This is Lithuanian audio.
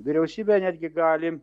vyriausybė netgi gali